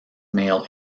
male